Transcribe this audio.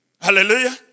Hallelujah